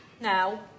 Now